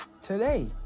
today